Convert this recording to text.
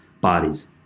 bodies